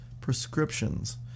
prescriptions